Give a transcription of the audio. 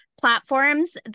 platforms